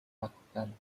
lakukan